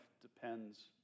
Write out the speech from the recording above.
depends